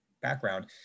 background